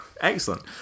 Excellent